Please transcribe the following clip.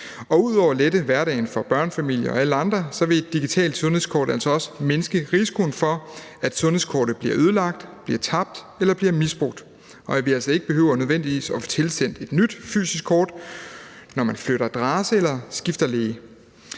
Ud over at lette hverdagen for børnefamilier og alle andre vil et digitalt sundhedskort også mindske risikoen for, at sundhedskortet bliver ødelagt, bliver tabt eller bliver misbrugt, og at vi altså ikke nødvendigvis behøver at få tilsendt et nyt fysisk kort, når man flytter adresse eller skifter læge.